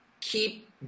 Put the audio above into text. keep